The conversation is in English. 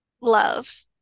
Love